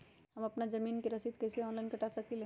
हम अपना जमीन के रसीद कईसे ऑनलाइन कटा सकिले?